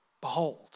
Behold